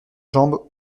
jambes